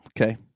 okay